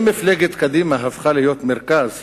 אם מפלגת קדימה הפכה להיות מרכז